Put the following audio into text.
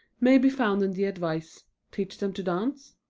may be found in the advice teach them to dance?